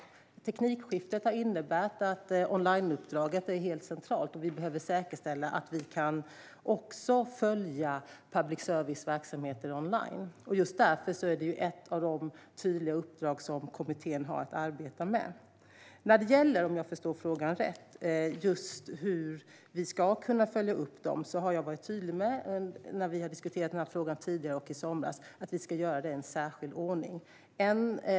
Teknikskiftet har inneburit att online-uppdraget är helt centralt. Vi behöver säkerställa att vi kan följa public service-verksamheter online. Just därför är detta ett av de tydliga uppdrag som kommittén har att arbeta med. När det gäller hur vi ska kunna sköta uppföljning - om jag förstår frågan rätt - har jag när vi har diskuterat frågan tidigare, och även i somras, varit tydlig med att vi ska göra detta i en särskild ordning.